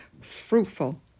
fruitful